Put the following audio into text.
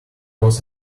was